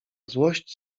złość